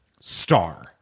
star